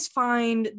find